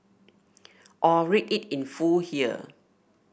or read it in full here